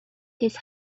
his